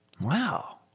Wow